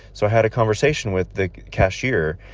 so i had a conversation with the cashier.